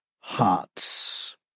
hearts